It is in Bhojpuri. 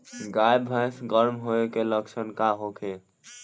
गाय भैंस गर्म होय के लक्षण का होखे?